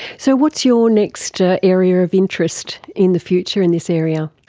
so what's your next ah area of interest in the future in this area?